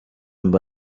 mba